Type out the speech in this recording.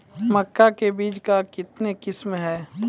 मक्का के बीज का कितने किसमें हैं?